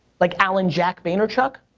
like alan jack vaynerchuk?